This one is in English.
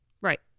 Right